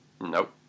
Nope